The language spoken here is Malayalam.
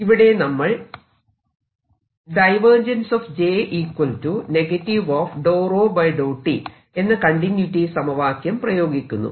ഇവിടെ നമ്മൾ എന്ന കണ്ടിന്യൂയിറ്റി സമവാക്യം പ്രയോഗിക്കുന്നു